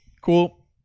cool